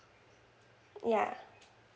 yeah